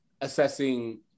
assessing